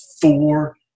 Four